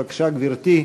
בבקשה, גברתי,